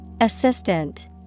Assistant